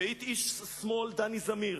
ואת איש השמאל דני זמיר,